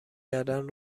کردن